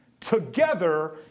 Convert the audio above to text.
together